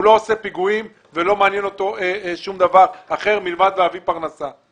הוא לא עושה פיגועים ולא מעניין אותו שום דבר אחר מלבד להביא פרנסה.